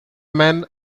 men